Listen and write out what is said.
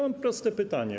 Mam proste pytanie.